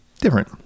Different